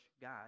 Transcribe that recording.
God